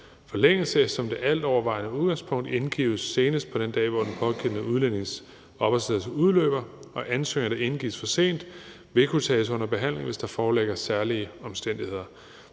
udgangspunkt indgives senest på den dag, hvor den pågældende udlændings opholdstilladelse udløber, og ansøgninger, der indgives for sent, vil kunne tages under behandling, hvis der foreligger særlige omstændigheder.